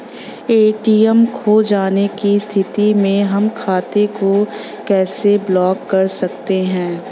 ATM खो जाने की स्थिति में हम खाते को कैसे ब्लॉक कर सकते हैं?